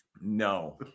No